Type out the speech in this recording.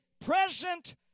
present